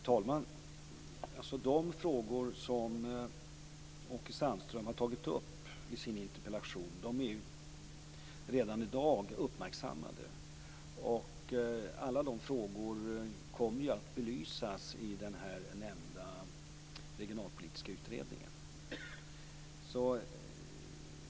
Herr talman! De frågor som Åke Sandström har tagit upp i sin interpellation är redan i dag uppmärksammade. Alla dessa frågor kommer att belysas i den nämnda regionalpolitiska utredningen.